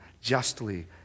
justly